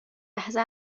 لحظه